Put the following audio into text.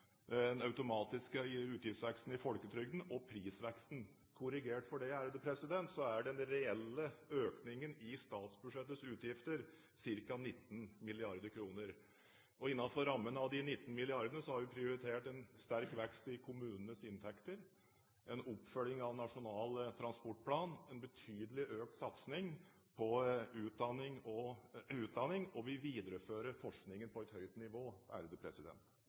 den automatiske utgiftsveksten i folketrygden og prisveksten. Korrigert for det er den reelle økningen i statsbudsjettets utgifter ca. 19 mrd. kr. Innenfor rammen av de 19 milliardene har vi prioritert en sterk vekst i kommunenes inntekter, en oppfølging av Nasjonal transportplan, en betydelig økt satsing på utdanning, og vi viderefører forskningsbudsjettet på et høyt nivå.